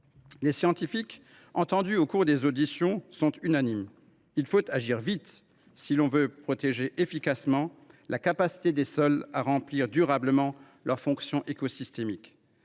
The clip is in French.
nous avons entendus au cours de nos auditions sont unanimes : il faut agir vite si l’on veut protéger efficacement la capacité des sols à remplir durablement leurs fonctions écosystémiques.